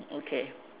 okay